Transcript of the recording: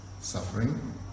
suffering